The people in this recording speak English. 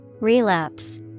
Relapse